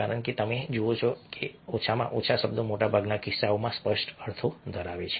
કારણ કે તમે જુઓ છો કે ઓછામાં ઓછા શબ્દો મોટાભાગના કિસ્સાઓમાં સ્પષ્ટ અર્થો ધરાવે છે